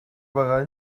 байгаа